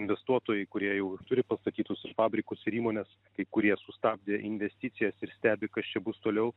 investuotojai kurie jau ir turi pastatytus fabrikus ir įmones kai kurie sustabdė investicijas ir stebi kas čia bus toliau